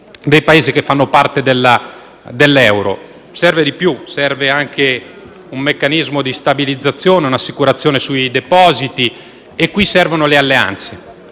dei Paesi che fanno parte dell'Euro. Serve di più; serve anche un meccanismo di stabilizzazione, un'assicurazione sui depositi e qui servono le alleanze.